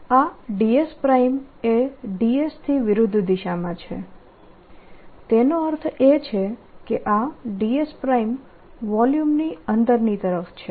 આ dS એ dS થી વિરુદ્ધ દિશામાં છે તેનો અર્થ એ છે કે આ dS વોલ્યુમની અંદરની તરફ છે